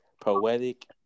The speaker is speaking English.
poetic